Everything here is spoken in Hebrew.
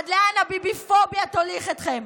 עד לאן הביביפוביה תוליך אתכם?